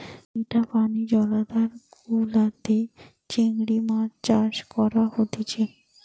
মিঠা পানি জলাধার গুলাতে চিংড়ি মাছ চাষ করা হতিছে